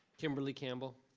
kimberly campbell